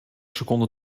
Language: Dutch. seconden